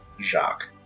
Jacques